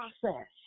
process